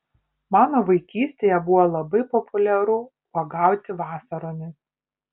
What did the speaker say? mano vaikystėje buvo labai populiaru uogauti vasaromis